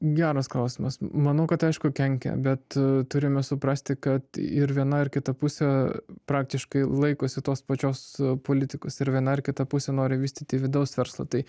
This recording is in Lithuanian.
geras klausimas manau kad aišku kenkia bet turime suprasti kad ir viena ir kita pusė praktiškai laikosi tos pačios politikos ir viena ar kita pusė nori vystyti vidaus verslą tai